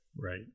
Right